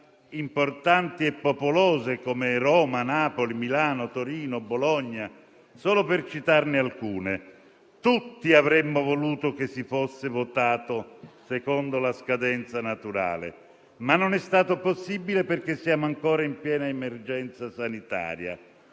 importanti e popolose come Roma, Napoli, Milano, Torino, Bologna (solo per citarne alcune). Tutti avremmo voluto che si fosse votato secondo la scadenza naturale, ma non è stato possibile perché siamo ancora in piena emergenza sanitaria.